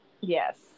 Yes